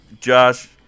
Josh